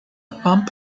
pump